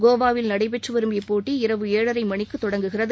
கோவாவில் நடைபெற்று வரும் இப்போட்டி இரவு ஏழரை மணிக்கு தொடங்குகிறது